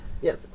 Yes